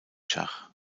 schach